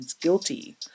guilty